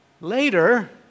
Later